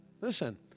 Listen